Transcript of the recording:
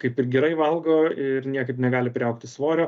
kaip ir gerai valgo ir niekaip negali priaugti svorio